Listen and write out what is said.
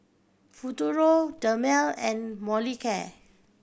Futuro Dermale and Molicare